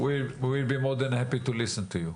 אנחנו מאוד שמחים לשמוע אותך.